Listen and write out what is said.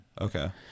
okay